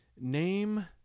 Name